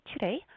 today